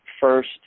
first